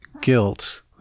guilt